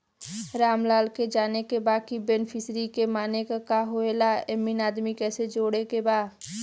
रामलाल के जाने के बा की बेनिफिसरी के माने का का होए ला एमे आदमी कैसे जोड़े के बा?